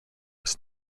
was